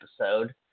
episode